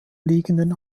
liegenden